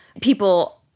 people